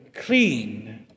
clean